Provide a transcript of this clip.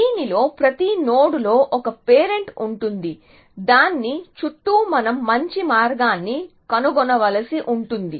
దీనిలో ప్రతి నోడ్లో ఒక పేరెంట్ ఉంటుంది దాని చుట్టూ మనం మంచి మార్గాన్ని కనుగొనవలసి ఉంటుంది